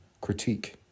critique